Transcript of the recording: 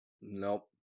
Nope